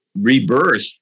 rebirth